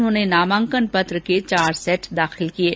उन्होंने नामांकन पत्र के चौर सेट दाखिल किये